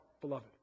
beloved